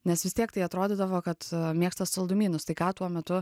nes vis tiek tai atrodydavo kad mėgsta saldumynus tai ką tuo metu